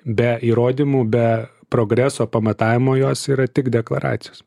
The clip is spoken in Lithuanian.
be įrodymų be progreso pamatavimo jos yra tik deklaracijos